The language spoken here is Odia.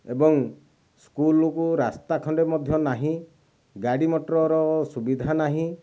ଏବଂ ସ୍କୁଲକୁ ରାସ୍ତା ଖଣ୍ଡେ ମଧ୍ୟ ନାହିଁ ଗାଡ଼ି ମଟରର ସୁବିଧା ନାହିଁ